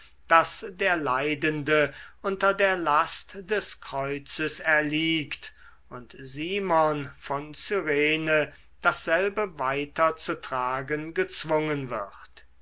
daß der leidende unter der last des kreuzes erliegt und simon von cyrene dasselbe weiter zu tragen gezwungen wird